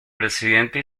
presidente